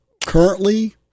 currently